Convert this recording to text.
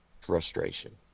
frustration